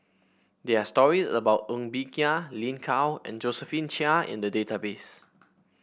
there are stories about Ng Bee Kia Lin Gao and Josephine Chia in the database